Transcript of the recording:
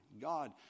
God